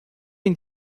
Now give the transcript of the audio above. une